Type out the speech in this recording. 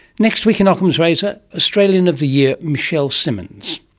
next week on ockham's razor, australian of the year michelle simmonds.